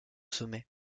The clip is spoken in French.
sommet